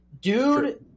dude